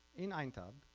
in aintab,